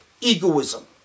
egoism